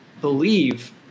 believe